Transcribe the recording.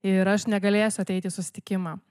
ir aš negalėsiu ateit į susitikimą